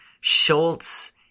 Schultz